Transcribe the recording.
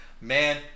man